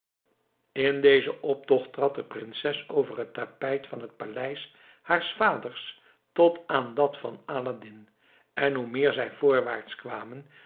in dezen optocht trad de prinses over het tapijt van het paleis haars vaders tot aan dat van aladdin en hoe meer zij voorwaarts kwamen